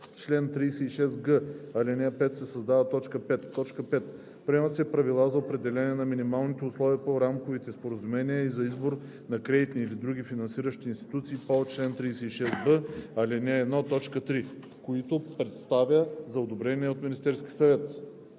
чл. 36г, ал. 5 се създава т. 5: „5. приема правила за определяне на минималните условия по рамковите споразумения и за избор на кредитни или други финансиращи институции по чл. 36б, ал. 1, т. 3, които представя за одобрение от Министерския съвет.“